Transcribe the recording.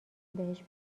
بهش